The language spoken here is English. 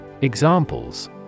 Examples